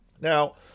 Now